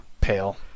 pale